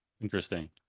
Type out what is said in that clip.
Interesting